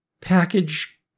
package